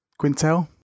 quintel